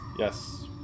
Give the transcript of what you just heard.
yes